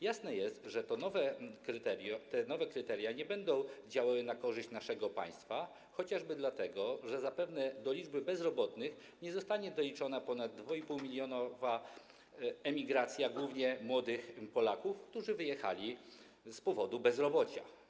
Jasne jest, że te nowe kryteria nie będą działały na korzyść naszego państwa, chociażby dlatego że zapewne do liczby bezrobotnych nie zostanie doliczona ponad 2,5-milionowa emigracja głównie młodych Polaków, którzy wyjechali z powodu bezrobocia.